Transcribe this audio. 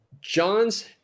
john's